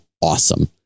awesome